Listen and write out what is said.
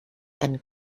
and